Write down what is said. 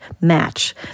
match